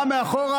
הוא בא מאחור,